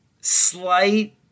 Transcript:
slight